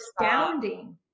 astounding